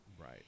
Right